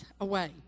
Away